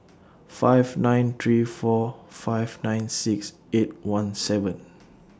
five nine three four five nine six eight one seven